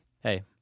hey